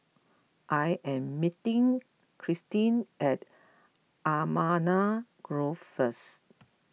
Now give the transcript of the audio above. I am meeting Kristin at Allamanda Grove first